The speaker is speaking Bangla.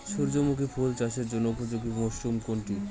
সূর্যমুখী ফুল চাষের জন্য উপযোগী মরসুম কোনটি?